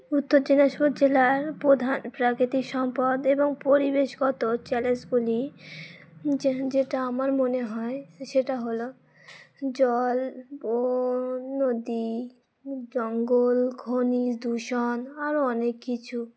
উত্তর দিনাজপুর জেলার প্রধান প্রাকৃতিক সম্পদ এবং পরিবেশগত চ্যালেঞ্জগুলি যে যেটা আমার মনে হয় সেটা হলো জল বন নদী জঙ্গল খনিজ দূষণ আরও অনেক কিছু